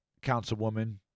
Councilwoman